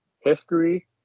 history